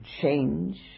change